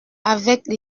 avec